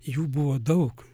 jų buvo daug